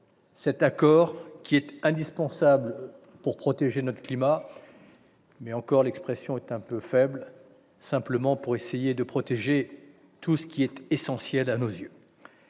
cet accord indispensable pour protéger notre climat, ou plutôt, car l'expression est un peu faible, pour essayer de protéger tout ce qui est essentiel à nos yeux.